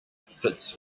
fits